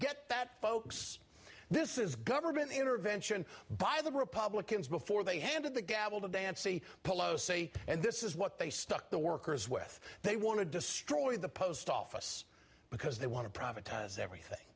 get that folks this is government intervention by the republicans before they handed the gavel to dancy polow say and this is what they stuck the workers with they want to destroy the post office because they want to privatize everything